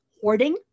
hoarding